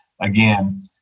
again